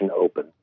open